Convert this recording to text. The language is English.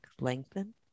lengthen